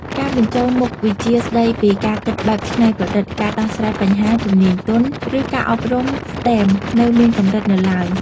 ការបញ្ចូលមុខវិជ្ជាស្តីពីការគិតបែបច្នៃប្រឌិត ការដោះស្រាយបញ្ហា ជំនាញទន់ ឬការអប់រំ STEM នៅមានកម្រិតនៅឡើយ។